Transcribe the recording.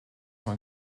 sont